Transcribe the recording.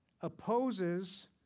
opposes